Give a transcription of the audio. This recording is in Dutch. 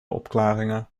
opklaringen